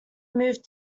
moved